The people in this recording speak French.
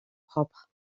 propre